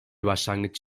başlangıç